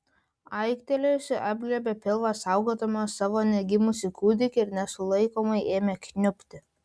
aiktelėjusi apglėbė pilvą saugodama savo negimusį kūdikį ir nesulaikomai ėmė kniubti